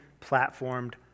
platformed